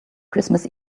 christmas